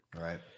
Right